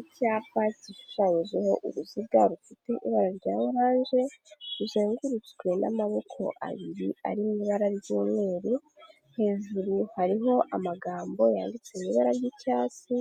Icyapa gishushanyijeho uruziga rufite ibara rya orange, ruzengurutswe n'amaboko abiri ari mu ibara ry'umweru, hejuru hariho amagambo yanditse mu ibara ry'icyatsi,